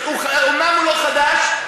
אומנם הוא לא חדש,